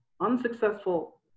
unsuccessful